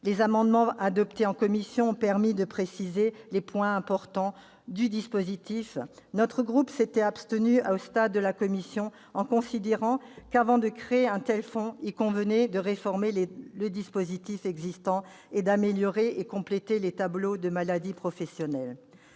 Les amendements adoptés en commission ont permis de préciser des points importants du dispositif. Notre groupe s'était abstenu au stade de l'examen en commission, considérant qu'avant de créer un tel fonds il convenait de réformer le dispositif existant et d'améliorer et de compléter les tableaux de maladies professionnelles.